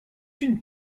une